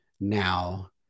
now